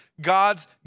God's